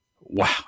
wow